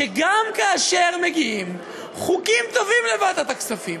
שגם כאשר מגיעים חוקים טובים לוועדת הכספים,